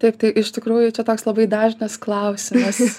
taip tai iš tikrųjų čia toks labai dažnas klausimas